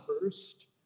first